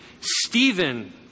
Stephen